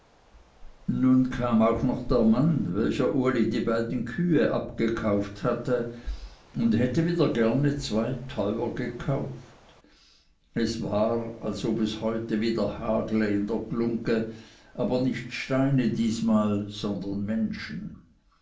nun kam auch noch der mann welcher uli die beiden kühe abgekauft hatte und hätte wieder gerne zwei teuer gekauft es war als ob es heute wieder hagle in der glungge aber nicht steine diesmal sondern menschen